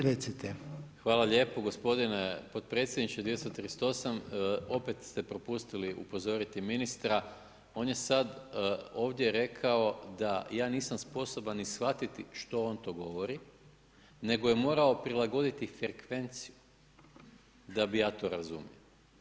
Hvala lijepo, gospodine podpredsjedniče 238. opet ste propustili upozoriti ministra on je sad ovdje rekao da ja nisam sposoban ni shvatiti što on to govori, nego je morao prilagoditi frekvenciju da bi ja to razumio.